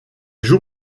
joue